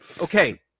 Okay